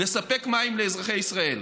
לספק מים לאזרחי ישראל.